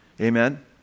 Amen